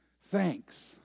thanks